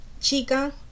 chica